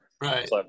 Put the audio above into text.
right